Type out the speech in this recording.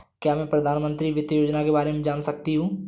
क्या मैं प्रधानमंत्री वित्त योजना के बारे में जान सकती हूँ?